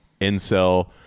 Incel